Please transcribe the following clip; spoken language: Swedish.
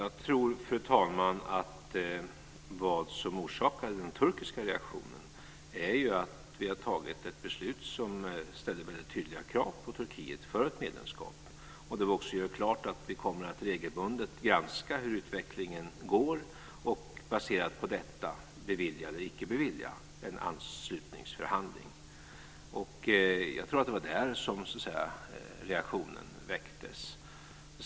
Fru talman! Vad som orsakade den turkiska reaktionen är nog att vi har tagit ett beslut som ställer väldigt tydliga krav på Turkiet för ett medlemskap och där vi gör klart att vi regelbundet kommer att granska hur utvecklingen går och, baserat på detta, bevilja eller icke bevilja en anslutningsförhandling. Jag tror att det var där som reaktionen så att säga väcktes.